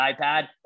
iPad